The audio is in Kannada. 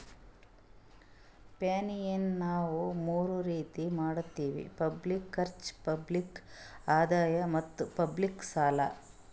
ಫೈನಾನ್ಸ್ ನಾವ್ ಮೂರ್ ರೀತಿ ಮಾಡತ್ತಿವಿ ಪಬ್ಲಿಕ್ ಖರ್ಚ್, ಪಬ್ಲಿಕ್ ಆದಾಯ್ ಮತ್ತ್ ಪಬ್ಲಿಕ್ ಸಾಲ